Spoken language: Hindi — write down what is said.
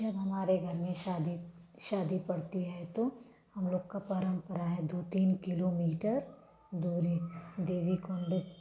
जब हमारे घर में शादी शादी पड़ती है तो हम लोग का परंपरा है दो तीन किलोमीटर दूरी